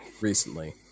recently